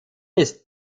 ist